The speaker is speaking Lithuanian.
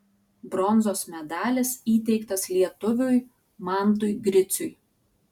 bronzos medalis įteiktas lietuviui mantui griciui